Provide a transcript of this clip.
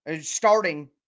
starting